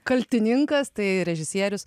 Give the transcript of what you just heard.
kaltininkas tai režisierius